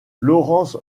laurence